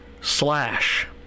slash